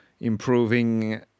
improving